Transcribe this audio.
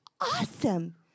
awesome